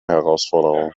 herausforderung